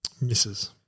Misses